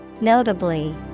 Notably